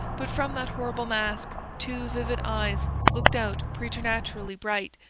but from that horrible mask two vivid eyes looked out preternaturally bright,